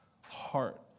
heart